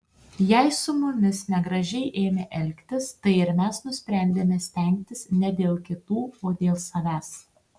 jei su mumis negražiai ėmė elgtis tai ir mes nusprendėme stengtis ne dėl kitų o dėl savęs